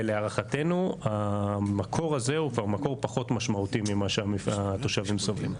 ולהערכתנו המקור הזה הוא כבר מקור פחות משמעותי ממה שהתושבים סובלים.